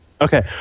Okay